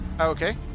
Okay